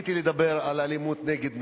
רציתי לדבר על אלימות נגד נשים,